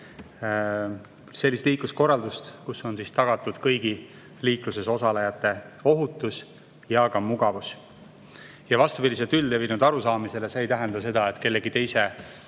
sellist liikluskorraldust, kus on tagatud kõigi liikluses osalejate ohutus ja ka mugavus. Vastupidiselt üldlevinud arusaamisele see ei tähenda seda, et kellegi õigusi